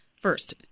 First